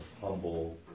humble